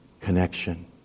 connection